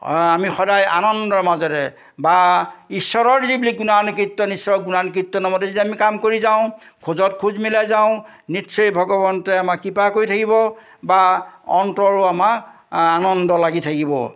আমি সদায় আনন্দৰ মাজেৰে বা ঈশ্বৰৰ যিবিলাক গুণানু কীৰ্তন ঈশ্বৰৰ গুণানু কীৰ্তন মতে যদি আমি কাম কৰি যাওঁ খোজত খোজ মিলাই যাওঁ নিশ্চয় ভগৱন্তে আমাক কৃপা কৰি থাকিব বা অন্তৰো আমাৰ আনন্দ লাগি থাকিব